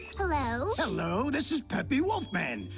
hello. hello. this is pepe wolfman.